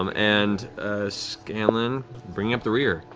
um and scanlan bringing up the rear.